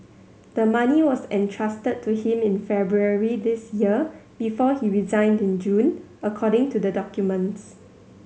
the money was entrusted to him in February this year before he resigned in June according to the documents